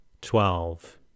Twelve